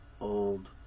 old